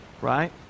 Right